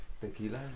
tequila